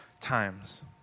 times